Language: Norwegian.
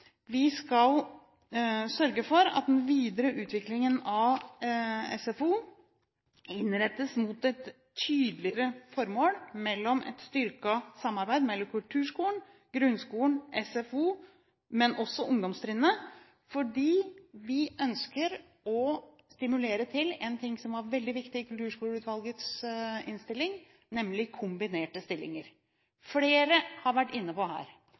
vi skal sørge for at den videre utviklingen av SFO innrettes tydeligere mot et formål om styrket samarbeid mellom kulturskolen, grunnskolen, SFO og også ungdomstrinnet, fordi vi ønsker å stimulere til noe som var veldig viktig i Kulturskoleutvalgets innstilling, nemlig kombinerte stillinger. Flere har vært inne på her